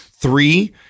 three